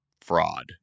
fraud